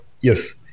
Yes